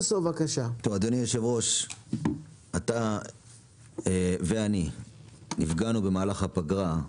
אדוני היושב-ראש, אתה ואני נפגענו במהלך הפגרה.